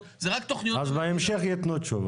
אז תן לי רק להשלים.